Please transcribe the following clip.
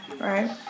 right